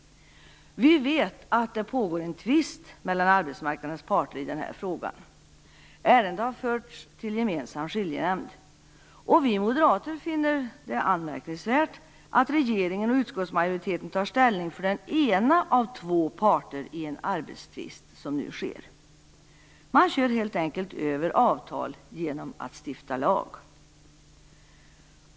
Vi vet att det pågår en tvist mellan arbetsmarknadens parter i denna fråga. Ärendet har förts till gemensam skiljenämnd. Vi moderater finner det anmärkningsvärt att regeringen och utskottsmajoriteten tar ställning för den ena av två parter i en arbetstvist, som nu sker. Man kör helt enkelt över avtal genom att stifta lag.